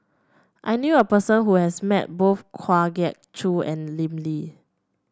I knew a person who has met both Kwa Geok Choo and Lim Lee